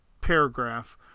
paragraph